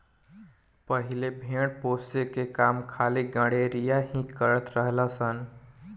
पहिले भेड़ पोसे के काम खाली गरेड़िया ही करत रलन सन